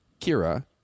Kira